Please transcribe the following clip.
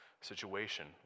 situation